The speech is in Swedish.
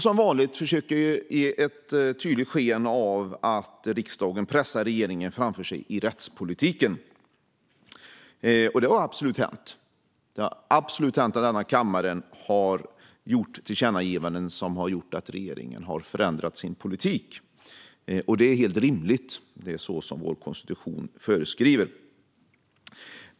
Som vanligt försöker man ge sken av att riksdagen pressar regeringen framför sig i rättspolitiken. Och det har absolut hänt att kammaren har gjort tillkännagivanden som fått regeringen att förändra sin politik, vilket är helt rimligt. Det är precis vad vår konstitution föreskriver.